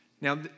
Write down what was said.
now